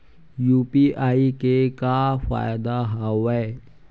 UPI के का फ़ायदा हवय?